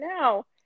now